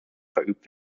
verübt